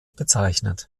bezeichnet